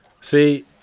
See